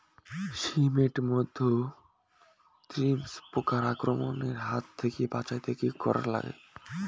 শিম এট মধ্যে থ্রিপ্স পোকার আক্রমণের হাত থাকি বাঁচাইতে কি করা লাগে?